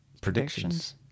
Predictions